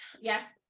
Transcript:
yes